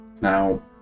Now